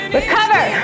recover